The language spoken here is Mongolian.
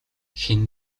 хэн